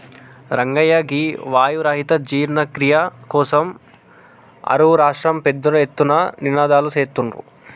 రంగయ్య గీ వాయు రహిత జీర్ణ క్రియ కోసం అరువు రాష్ట్రంలో పెద్ద ఎత్తున నినాదలు సేత్తుర్రు